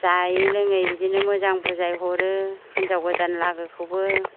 जायै लोङै बिदिनो मोजां बुजायहरो हिन्जाव गोदान लागोखौबो